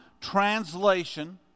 translation